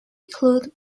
include